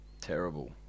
Terrible